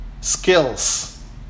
Skills